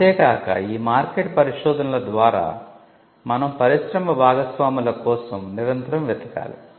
అంతే కాక ఈ మార్కెట్ పరిశోధనల ద్వారా మనం పరిశ్రమ భాగస్వాముల కోసం నిరంతరం వెతకాలి